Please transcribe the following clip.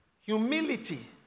humility